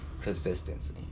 consistency